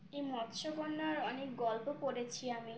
এই মৎস্যকন্যার অনেক গল্প পড়েছি আমি